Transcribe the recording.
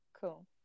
Cool